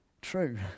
true